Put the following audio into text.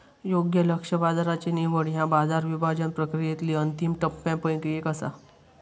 योग्य लक्ष्य बाजाराची निवड ह्या बाजार विभाजन प्रक्रियेतली अंतिम टप्प्यांपैकी एक असा